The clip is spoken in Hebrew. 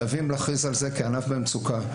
חייבים להכריז על זה כענף במצוקה.